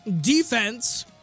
defense